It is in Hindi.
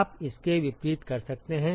आप इसके विपरीत कर सकते हैं